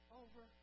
over